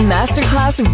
Masterclass